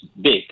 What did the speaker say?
big